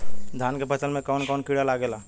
धान के फसल मे कवन कवन कीड़ा लागेला?